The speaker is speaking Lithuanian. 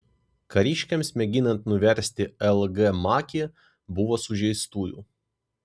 kariškiams mėginant nuversti l g makį buvo sužeistųjų